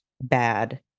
bad